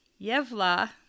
Yevla